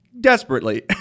desperately